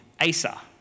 Asa